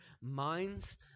minds